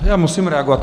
Já musím reagovat.